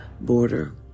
border